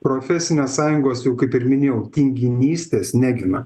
profesinės sąjungos jau kaip ir minėjau tinginystės negina